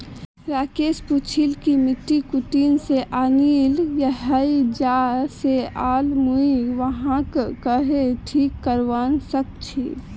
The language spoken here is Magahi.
राकेश पूछिल् कि मिट्टी कुठिन से आनिल हैये जा से आर मुई वहाक् कँहे ठीक करवा सक छि